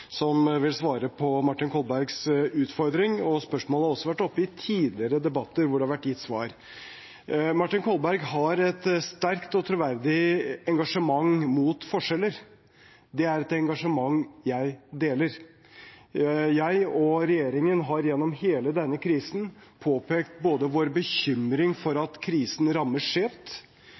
som vil svare på Martin Kolbergs utfordring. Spørsmålet har også vært oppe i tidligere debatter, hvor det har vært gitt svar. Martin Kolberg har et sterkt og troverdig engasjement mot forskjeller. Det er et engasjement jeg deler. Jeg og regjeringen har gjennom hele denne krisen påpekt vår bekymring for at krisen rammer skjevt.